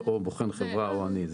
זה או בוחן חברה או אני.